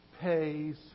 pays